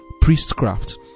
priestcraft